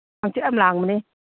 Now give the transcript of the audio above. ꯍꯛꯆꯤꯛ ꯌꯥꯝ ꯂꯥꯡꯕꯅꯦ